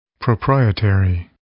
Proprietary